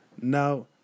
Now